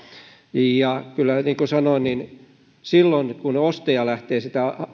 ja kyllä niin kuin sanoin silloin kun ostaja lähtee sitä